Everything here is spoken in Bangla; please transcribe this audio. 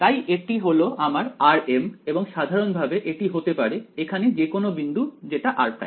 তাই এটি হলো আমার rm এবং সাধারণ ভাবে এটি হতে পারে এখানে যে কোনো বিন্দু যেটা r'